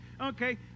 Okay